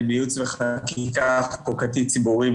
אני מייעוץ וחקיקה חוקתית ציבורי,